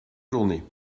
journée